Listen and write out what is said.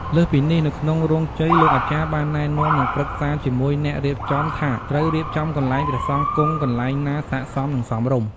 លើសពីនេះនៅក្នុងរោងជ័យលោកអាចារ្យបានណែនាំនិងប្រឹក្សាជាមួយអ្នករៀបចំថាត្រូវរៀបចំកន្លែងព្រះសង្ឃគង់ កន្លែងណាសាកសមនិងសមរម្យ។